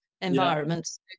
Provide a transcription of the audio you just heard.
environments